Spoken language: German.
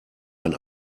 ein